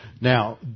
Now